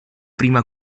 prima